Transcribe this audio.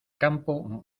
campo